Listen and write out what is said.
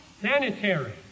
sanitary